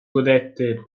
godette